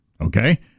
Okay